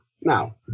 now